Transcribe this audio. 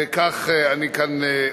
וכך אני כאן,